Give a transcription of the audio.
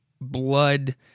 blood